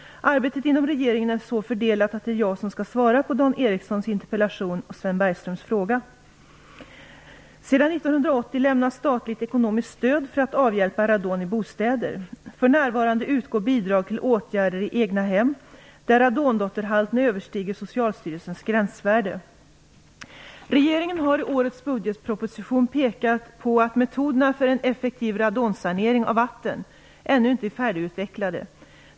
Arbetet inom regeringen är så fördelat att det är jag som skall svara på Dan Ericssons interpellation och Sven Bergströms fråga. Sedan 1980 lämnas statligt ekonomiskt stöd för att avhjälpa radonproblem i bostäder. För närvarande utgår bidrag till åtgärder i egna hem, där radondotterhalten överstiger Socialstyrelsens gränsvärde. Regeringen har i årets budgetproposition pekat på att metoderna för en effektiv radonsanering av vatten ännu inte är färdigutvecklade.